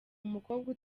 umukobwa